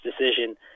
decision